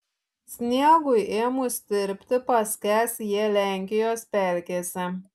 sniegui ėmus tirpti paskęs jie lenkijos pelkėse